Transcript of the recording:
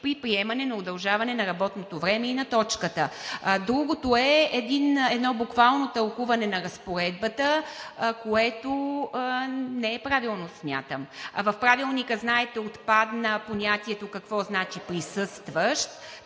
при приемане на удължаване на работното време и на точката. Другото е едно буквално тълкуване на разпоредбата, което смятам, че не е правилно. В Правилника, знаете, отпадна понятието какво значи „присъстващ“,